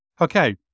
Okay